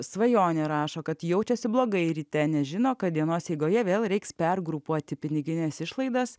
svajonė rašo kad jaučiasi blogai ryte nes žino kad dienos eigoje vėl reiks pergrupuoti pinigines išlaidas